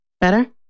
Better